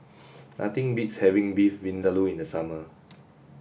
nothing beats having Beef Vindaloo in the summer